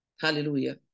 Hallelujah